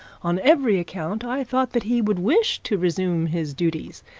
on every account i thought that he would wish to resume his duties.